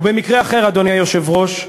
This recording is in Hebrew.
ובמקרה אחר, אדוני היושב-ראש,